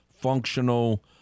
functional